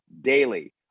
daily